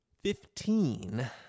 Fifteen